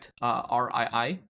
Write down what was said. R-I-I